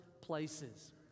places